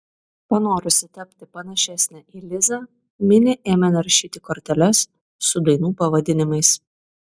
panorusi tapti panašesnė į lizą minė ėmė naršyti korteles su dainų pavadinimais